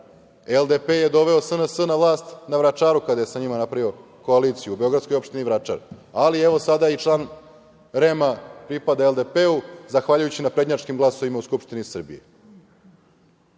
LDP je doveo SNS na vlast na Vračaru, kada je sa njima napravio koaliciju, u beogradskoj opštini Vračar, ali, evo, sada i član REM-a pripada LDP-u zahvaljujući naprednjačkim glasovima u Skupštini Srbije. Dakle,